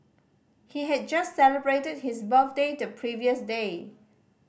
he had just celebrated his birthday the previous day